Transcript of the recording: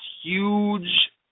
huge